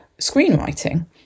screenwriting